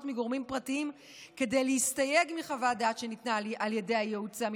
מגורמים פרטיים כדי להסתייג מחוות דעת שניתנה על ידי הייעוץ המשפטי.